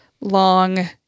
long